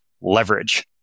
leverage